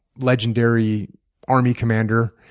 legendary army commander,